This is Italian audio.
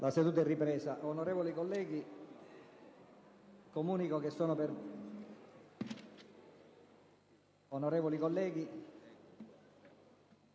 La seduta è ripresa.